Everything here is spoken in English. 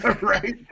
Right